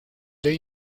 lane